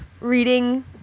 reading